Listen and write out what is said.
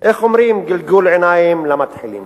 איך אומרים, גלגול עיניים למתחילים.